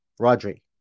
Rodri